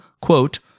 quote